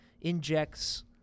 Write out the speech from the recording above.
injects